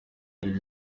ibintu